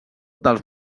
dels